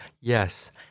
Yes